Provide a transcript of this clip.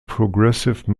progressive